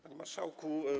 Panie Marszałku!